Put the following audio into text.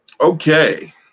Okay